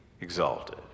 exalted